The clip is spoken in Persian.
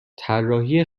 طراحی